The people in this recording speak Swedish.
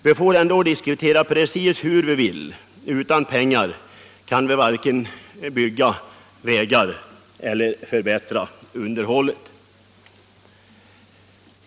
Vi må diskutera precis hur vi vill — utan pengar kan vi varken bygga vägar eller förbättra underhållet.